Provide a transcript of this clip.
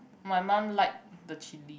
my mum like the chili